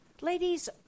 Ladies